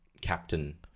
captain